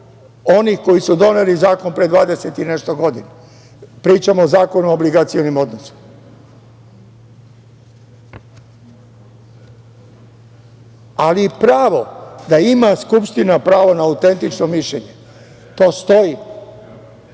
onih koji su doneli zakon pre 20 i nešto godina? Pričam o Zakonu u obligacionim odnosima. Ali, pravo da ima Skupština pravo na autentično mišljenje, to stoji